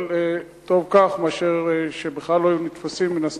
אבל טוב כך מאשר שלא היו נתפסים בכלל